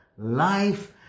life